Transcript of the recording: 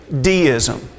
deism